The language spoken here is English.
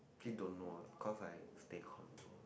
keen to know cause I stay condo